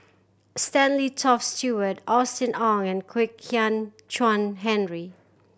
Stanley Toft Stewart Austen Ong and Kwek Hian Chuan Henry